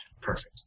Perfect